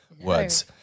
words